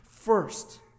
First